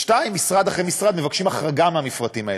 2. משרד אחרי משרד מבקשים החרגה מהמפרטים האלה.